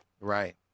Right